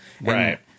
Right